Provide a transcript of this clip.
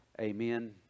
amen